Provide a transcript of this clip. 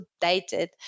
dated